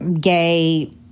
gay